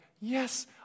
yes